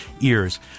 ears